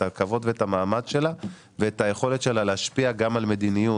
את הכבוד ואת המעמד שלה ואת היכולת שלה להשפיע גם על מדיניות.